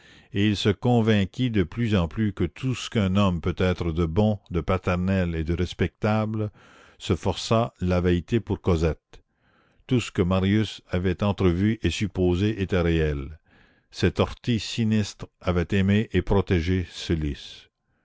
et il se convainquit de plus en plus que tout ce qu'un homme peut être de bon de paternel et de respectable ce forçat l'avait été pour cosette tout ce que marius avait entrevu et supposé était réel cette ortie sinistre avait aimé et protégé ce